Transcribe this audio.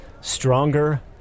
stronger